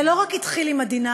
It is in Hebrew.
זה לא התחיל רק עם ה-D9,